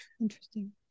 interesting